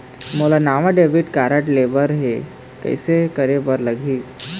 मोला नावा debit card लेबर हे, कइसे करे बर लगही?